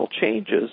changes